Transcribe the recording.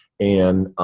and